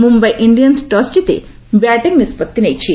Mumbai Indian toss ଜିତି batting ନିଷ୍ପଭି ନେଇଛି